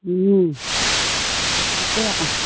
তাকে আকৌ